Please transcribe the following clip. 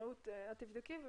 רעות, את תבדקי.